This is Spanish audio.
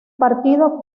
partido